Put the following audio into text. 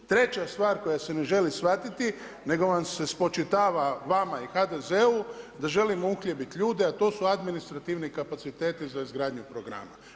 Treća stvar koja se ne želi shvatiti, nego vam se spočitava vama i HDZ-u da želimo uhljebit ljude, a to su administrativni kapaciteti za izgradnju programa.